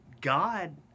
God